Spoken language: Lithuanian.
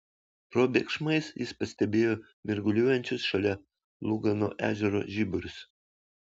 probėgšmais jis pastebėjo mirguliuojančius šalia lugano ežero žiburius